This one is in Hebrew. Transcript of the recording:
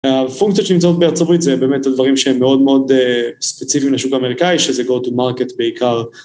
הפונקציות שנמצאות בארצות הברית זה באמת הדברים שהם מאוד מאוד ספציפיים לשוק האמריקאי שזה go to market בעיקר.